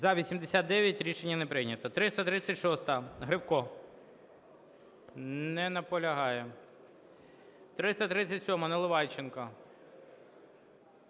За-89 Рішення не прийнято. 336-а, Гривко. Не наполягає. 337-а, Наливайченко.